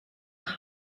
nach